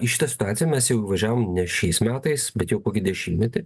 į šitą situaciją mes jau įvažiavom ne šiais metais bet jau kokį dešimtmetį